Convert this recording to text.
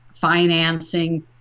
financing